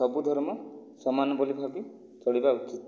ସବୁ ଧର୍ମ ସମାନ ବୋଲି ଭାବି ଚଳିବା ଉଚିତ